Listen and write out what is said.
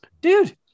dude